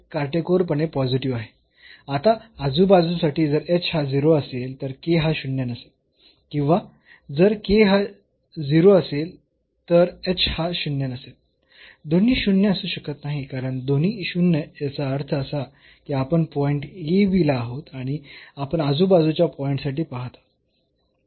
आता आजूबाजू साठी जर h हा 0 असेल तर k हा शून्य नसेल किंवा जर k हा 0 असेल तर h हा शून्य नसेल दोन्ही शून्य असू शकत नाही कारण दोन्ही शून्य याचा अर्थ असा की आपण पॉईंट ab ला आहोत आणि आपण आजूबाजूच्या पॉईंट साठी पाहत आहोत